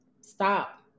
stop